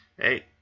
hey